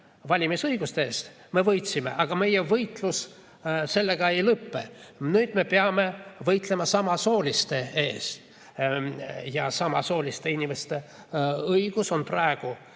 valimisõiguste eest, me võitsime, aga meie võitlus sellega ei lõppe, nüüd me peame võitlema samasooliste ees. Ja samasooliste inimeste õigused on praegu